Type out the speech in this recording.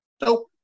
Nope